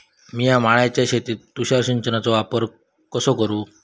मिया माळ्याच्या शेतीत तुषार सिंचनचो वापर कसो करू?